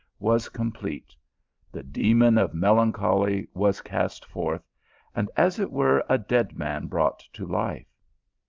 was complete the demon of melancholy was cast forth and, as it were, a dead man brought to life.